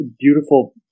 beautiful